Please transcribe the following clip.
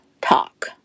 talk